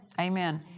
Amen